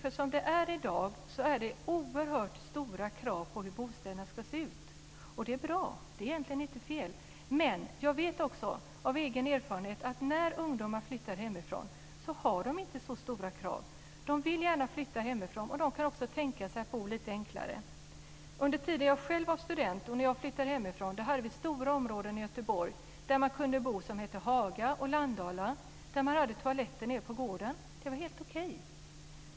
I dag är det oerhört stora krav på hur bostäderna ska se ut. Och det är bra - det är egentligen inte fel. Men jag vet också av egen erfarenhet att när ungdomar flyttar hemifrån har de inte så stora krav. De vill gärna flytta hemifrån, och då kan de också tänka sig att bo lite enklare. Under den tid jag själv var student och när jag flyttade hemifrån fanns det stora områden i Göteborg där man kunde bo, i Haga och Landala, där toaletten fanns nere på gården. Det var helt okej.